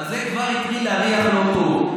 אז זה כבר התחיל להריח לא טוב.